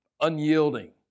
unyielding